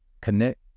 connect